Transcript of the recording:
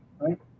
Right